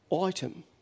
item